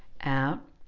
out